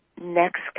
next